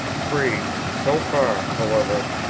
three. so far, however,